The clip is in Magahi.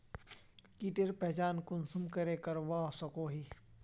कीटेर पहचान कुंसम करे करवा सको ही?